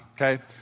okay